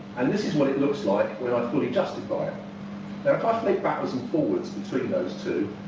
and this is what it looks like when i fully justify it. now if i flick backwards and forwards between those two,